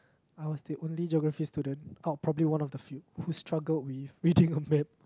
I was the only Geography student out of probably one of the few who struggled with reading a map